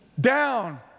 down